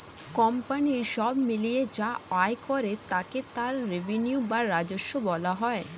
company সব মিলিয়ে যা আয় করে তাকে তার রেভিনিউ বা রাজস্ব বলা হয়